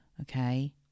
okay